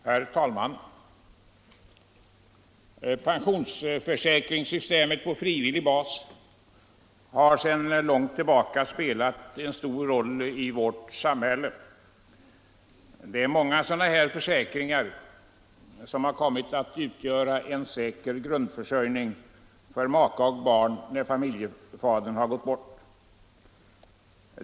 Herr talman! Pensionsförsäkringssystem på frivillig bas har under lång tid spelat en stor roll i vårt samhälle. Många sådana försäkringar har kommit att utgöra en säker grundförsörjning för maka och barn när familjefadern gått bort.